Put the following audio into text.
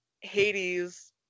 Hades